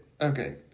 okay